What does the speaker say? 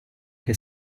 che